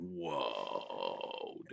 whoa